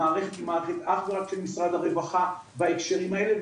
המערכת היא אך ורק של משרד הרווחה בהקשרים האלה,